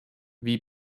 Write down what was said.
wie